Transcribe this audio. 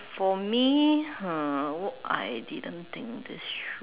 for me uh I didn't think this through